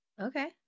Okay